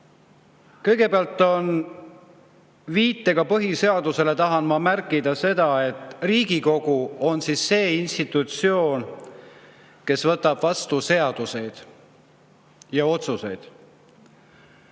Kõigepealt, viidates põhiseadusele, tahan märkida seda, et Riigikogu on see institutsioon, kes võtab vastu seaduseid ja otsuseid.